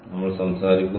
നമ്മൾ സംസാരിക്കുന്നത്